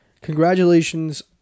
Congratulations